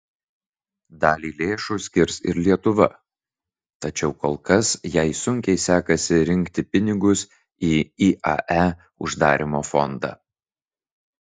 dalį lėšų skirs ir lietuva tačiau kol kas jai sunkiai sekasi rinkti pinigus į iae uždarymo fondą